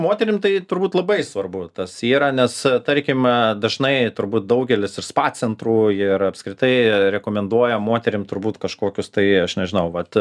moterim tai turbūt labai svarbu tas yra nes tarkime dažnai turbūt daugelis ir spa centrų ir apskritai rekomenduoja moterim turbūt kažkokius tai aš nežinau vat